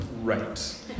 right